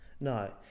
no